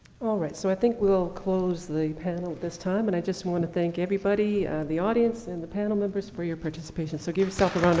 alright, so i think we'll close the panel at this time. and i just wanna thank everybody, ah, the audience and the panel members for your participation. so give yourself